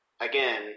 again